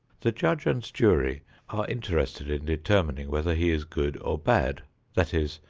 the judge and jury are interested in determining whether he is good or bad that is,